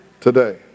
today